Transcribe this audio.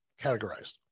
categorized